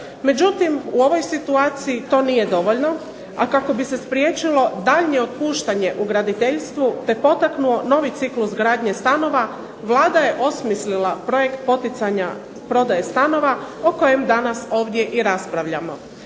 Međutim u ovoj situaciji to nije dovoljno, a kako bi se spriječilo daljnje otpuštanje u graditeljstvu te potaknuo novi ciklus gradnje stanova Vlada je osmislila projekt poticanja prodaje stanova o kojem danas ovdje i raspravljamo.